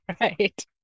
Right